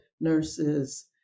nurses